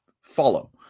follow